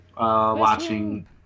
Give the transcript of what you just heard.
watching